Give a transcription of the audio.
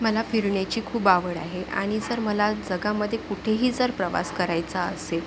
मला फिरण्याची खूप आवड आहे आणि जर मला जगामध्ये कुठेही जर प्रवास करायचा असेल